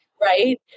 right